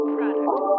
Product